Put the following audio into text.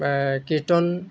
কীৰ্তন